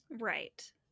right